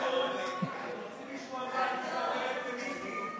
אנחנו רוצים לשמוע מה היא אומרת למיקי.